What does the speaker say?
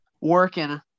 working